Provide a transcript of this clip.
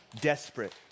Desperate